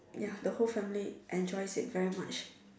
ya the whole family enjoyed it very much